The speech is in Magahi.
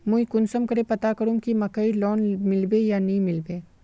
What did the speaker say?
मुई कुंसम करे पता करूम की मकईर लोन मिलबे या नी मिलबे?